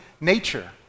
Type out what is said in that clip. nature